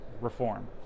reform